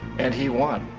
and he won.